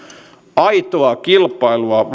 aitoa kilpailua